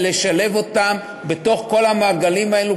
לשלב אותם בתוך כל המעגלים האלה,